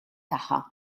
tagħha